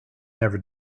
never